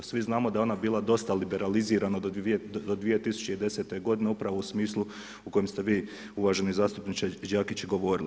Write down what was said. Svi znamo da je ona bila dosta liberalizirana do 2010. godine upravo u smislu u kojem ste vi, uvaženi zastupniče Đakić govorili.